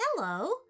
Hello